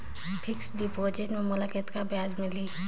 Fixed deposit मे मोला कतका ब्याज मिलही?